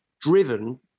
driven